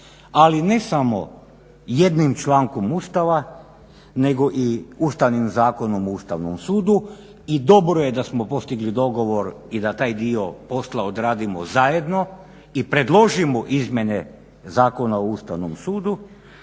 ali ne samo jednim člankom Ustava nego i Ustavnim zakonom o Ustavnom sudu i dobro je da smo postigli dogovor i da taj dio posla odradimo zajedno i predložimo izmjene Zakona o ustavnom sudu